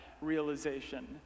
realization